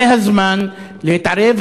זה הזמן להתערב,